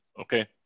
okay